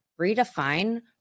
redefine